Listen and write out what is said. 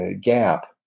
gap